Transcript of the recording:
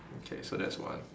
okay so that's one